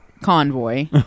convoy